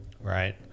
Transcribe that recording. right